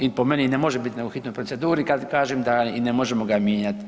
On i po meni ne može biti nego u hitnoj proceduri kada kažem da i ne možemo ga mijenjati.